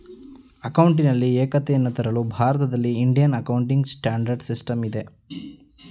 ಅಕೌಂಟಿನಲ್ಲಿ ಏಕತೆಯನ್ನು ತರಲು ಭಾರತದಲ್ಲಿ ಇಂಡಿಯನ್ ಅಕೌಂಟಿಂಗ್ ಸ್ಟ್ಯಾಂಡರ್ಡ್ ಸಿಸ್ಟಮ್ ಇದೆ